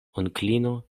onklino